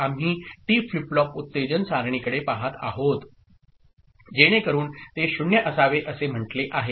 तर आम्ही T flip flop उत्तेजन सारणीकडे पाहत आहोत जेणेकरून ते 0 असावे असे म्हटले आहे